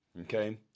okay